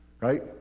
right